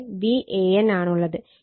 ഇവിടെ Van ആണുള്ളത്